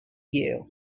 you